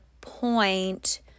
point